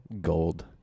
gold